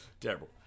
Terrible